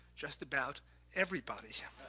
just about everybody.